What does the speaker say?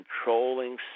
controlling